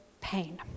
pain